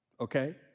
okay